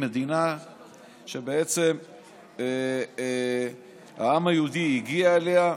היא מדינה שבעצם העם היהודי הגיע אליה,